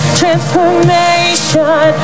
transformation